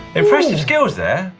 impressive skills there.